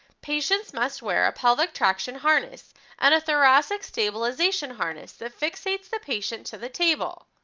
patients must wear a public traction harness and a thoracic stabilization harness that fixates the patient to the table.